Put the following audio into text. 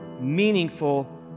meaningful